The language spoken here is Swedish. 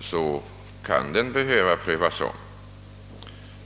det inte säkert att den inte kan behöva prövas om.